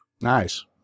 Nice